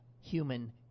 human